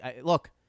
look